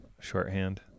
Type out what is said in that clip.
shorthand